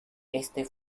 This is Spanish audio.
este